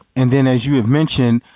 and then as you had mentioned,